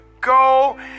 go